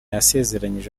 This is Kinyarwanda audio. yasezeranyije